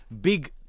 big